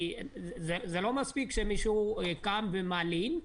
זה לא מספיק שמישהו קם ומלין,